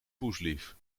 poeslief